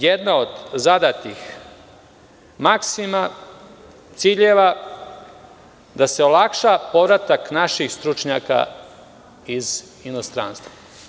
Jedna od zadatih maksima je da se olakša povratak naših stručnjaka iz inostranstva.